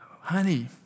honey